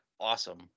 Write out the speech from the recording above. awesome